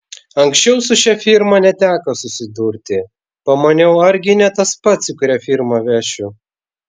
anksčiau su šia firma neteko susidurti pamaniau argi ne tas pats į kurią firmą vešiu